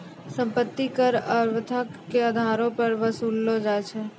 सम्पति कर आवर्तक के अधारो पे वसूललो जाय छै